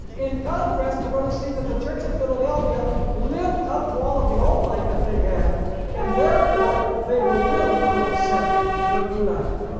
in contrast we're going to see that the church of philadelphia lived up to all of the old light that they had and therefore they were willing to accept the new light.